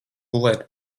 gulēt